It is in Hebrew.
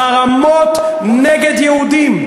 חרמות נגד יהודים.